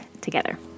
together